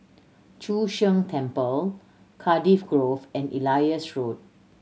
Chu Sheng Temple Cardiff Grove and Elias Road